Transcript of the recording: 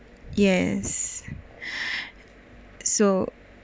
yes so